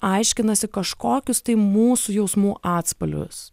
aiškinasi kažkokius tai mūsų jausmų atspalvius